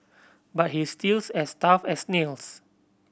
but he's stills as tough as nails